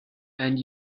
and